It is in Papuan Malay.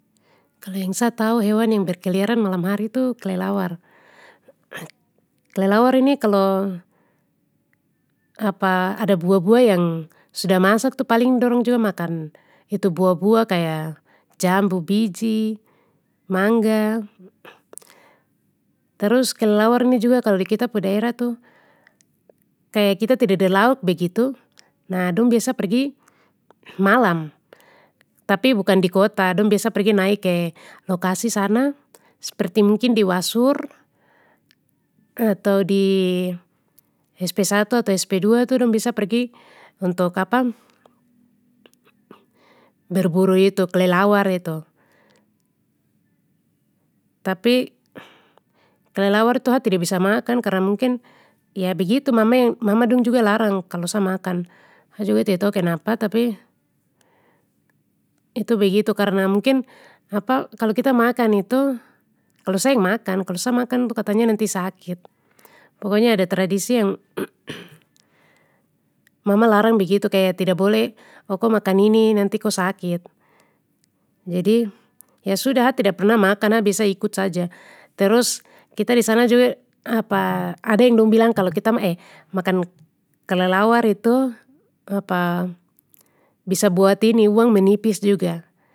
Kalo yang sa tahu hewan yang berkeliaran malam hari tu kelelawar. Kelelawar ini kalo ada buah buah yang sudah masak paling dong juga makan itu buah buah kaya jambu biji, mangga. Terus kelelawar ini juga kalo di kita pu daerah tu, kaya kita tidada lauk begitu, nah dong biasa pergi malam, tapi bukan di kota dong biasa pergi naik ke lokasi sana, sperti mungkin di wasur atau di sp1 atau sp2 tu dong biasa pergi untuk berburu itu kelelawar itu. Tapi, kelelawar itu ha tida bisa makan karna mungkin, ya begitu mama yang-mama dong juga larang kalo sa makan, sa juga tida tahu kenapa tapi, itu begitu karna mungkin kalo kita makan itu, kalo sa yang makan kalo sa makan tu katanya nanti sakit, pokoknya ada tradisi yang, mama larang begitu kaya tida boleh oh ko makan ini nanti ko sakit, jadi, ya sudah ha tida pernah makan a biasa ikut saja, terus kita disana juga ada yang dong bilang kalau kita eh-makan kelelawar itu bisa buat ini, uang menipis juga.